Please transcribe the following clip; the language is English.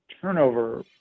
turnover